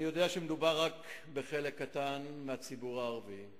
אני יודע שמדובר רק בחלק קטן מהציבור הערבי,